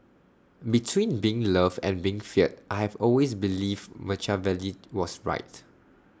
between being loved and being feared I have always believed Machiavelli was right